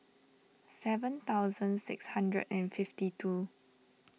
seven thousand six hundred and fifty two